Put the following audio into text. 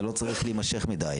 זה לא צריך להימשך מידי.